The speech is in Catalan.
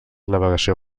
navegació